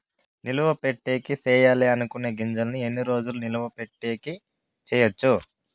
నిలువ పెట్టేకి సేయాలి అనుకునే గింజల్ని ఎన్ని రోజులు నిలువ పెట్టేకి చేయొచ్చు